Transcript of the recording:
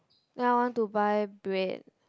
now I want to buy bread